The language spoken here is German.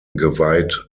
geweiht